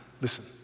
Listen